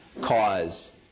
cause